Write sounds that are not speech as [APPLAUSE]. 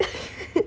[LAUGHS]